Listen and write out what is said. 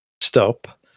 stop